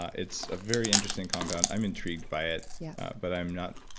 it's a very interesting compound. i'm intrigued by it. yeah but i'm not,